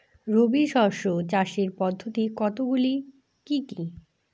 রবি শস্য চাষের পদ্ধতি কতগুলি কি কি?